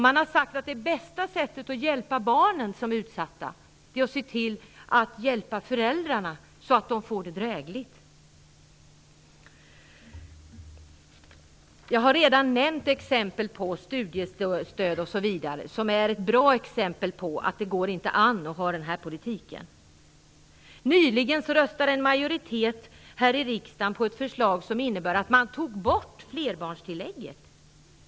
Man har sagt att det bästa sättet att hjälpa de utsatta barnen är att hjälpa föräldrarna så att de får det drägligt. Jag har redan nämnt exemplet med studiestöd osv. Det är ett bra exempel på att det inte går an att ha den här politiken. Nyligen röstade en majoritet här i riksdagen på ett förslag som innebar att man tog bort flerbarnstillägget.